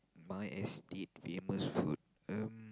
my estate famous food um